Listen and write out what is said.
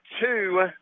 two